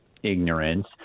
ignorance